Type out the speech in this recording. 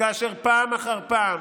כאשר פעם אחר פעם